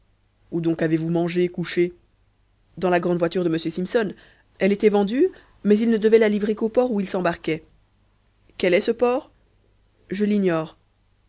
où donc avez-vous mangé couché dans la grande voiture de m simpson elle était vendue mais il ne devait la livrer qu'au port où il s'embarquait quel est ce port je l'ignore